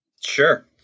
Sure